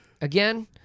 Again